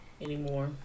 Anymore